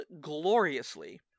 gloriously